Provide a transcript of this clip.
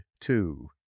two